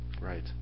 Right